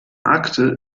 akte